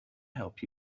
help